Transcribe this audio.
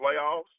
playoffs